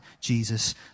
Jesus